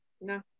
No